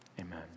Amen